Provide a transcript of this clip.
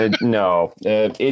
no